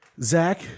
Zach